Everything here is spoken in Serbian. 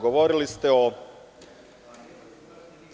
Govorili ste o